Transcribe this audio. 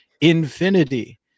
infinity